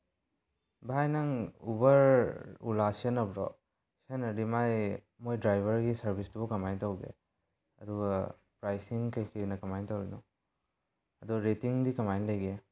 ꯚꯥꯏ ꯅꯪ ꯎꯕꯔ ꯑꯣꯂꯥ ꯁꯤꯖꯤꯟꯅꯕꯗꯣ ꯁꯤꯖꯤꯟꯅꯔꯗꯤ ꯃꯥꯏ ꯃꯣꯏ ꯗ꯭ꯔꯥꯏꯚꯔꯒꯤ ꯁꯔꯚꯤꯁꯇꯨꯕꯨ ꯀꯃꯥꯏꯅ ꯇꯧꯒꯦ ꯑꯗꯨꯒ ꯄ꯭ꯔꯥꯏꯁꯤꯡ ꯀꯩꯀꯩꯅ ꯀꯃꯥꯏꯅ ꯇꯧꯔꯤꯅꯣ ꯑꯗꯣ ꯔꯦꯇꯤꯡꯗꯤ ꯀꯃꯥꯏꯅ ꯂꯩꯒꯦ